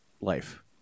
life